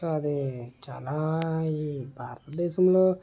so అది చాలా ఈ భారతదేశంలో